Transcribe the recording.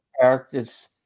characters